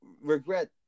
regret